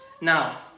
Now